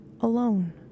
alone